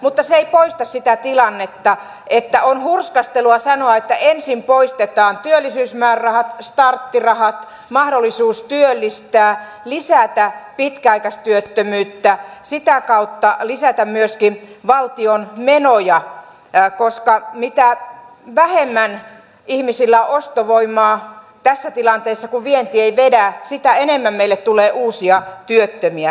mutta se ei poista sitä tilannetta että on hurskastelua sanoa että ensin poistetaan työllisyysmäärärahat starttirahat mahdollisuus työllistää ja lisätään pitkäaikaistyöttömyyttä sitä kautta lisätään myöskin valtion menoja koska mitä vähemmän ihmisillä on ostovoimaa tässä tilanteessa kun vienti ei vedä sitä enemmän meille tulee uusia työttömiä